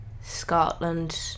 Scotland